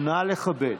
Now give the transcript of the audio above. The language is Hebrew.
נא לכבד.